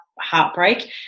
heartbreak